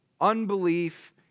unbelief